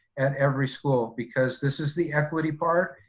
at every school, because this is the equity part.